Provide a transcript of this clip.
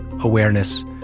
awareness